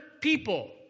people